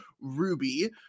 Ruby